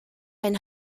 ein